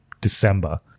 December